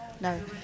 No